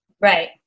Right